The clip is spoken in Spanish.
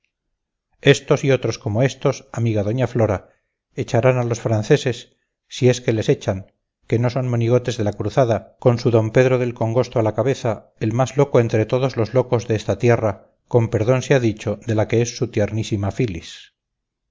estos y otros como estos amiga doña flora echarán a los franceses si es que les echan que no los monigotes de la cruzada con su d pedro del congosto a la cabeza el más loco entre todos los locos de esta tierra con perdón sea dicho de la que es su tiernísima filis